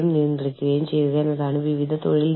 കൂടാതെ അത് ഓരോ രാജ്യത്തിനും വ്യത്യസ്തമായിരിക്കും